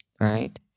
right